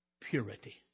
purity